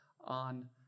on